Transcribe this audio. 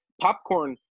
Popcorn